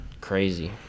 Crazy